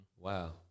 Wow